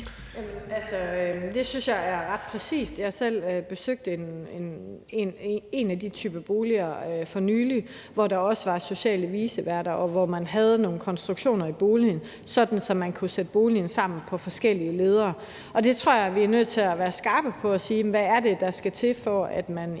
det synes jeg rammer ret præcist. Jeg har selv for nylig besøgt en af den type boliger, hvor der også var sociale viceværter, og hvor man havde nogle konstruktioner i boligen, sådan at man kunne sætte boligen sammen på forskellige ledder. Og det tror jeg vi er nødt til at være skarpe på, altså at sige: Hvad er det, der skal til, for at man i en